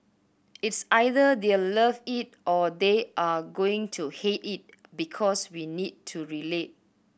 it's either they'll love it or they are going to hate it because we need to relate